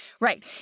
Right